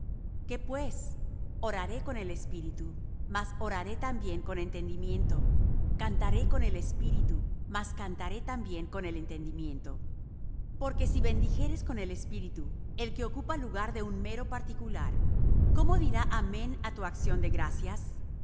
qué pues oraré con el espíritu mas oraré también con entendimiento cantaré con el espíritu mas cantaré también con entendimiento porque si bendijeres con el espíritu el que ocupa lugar de un mero particular cómo dirá amén á tu acción de gracias